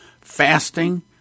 fasting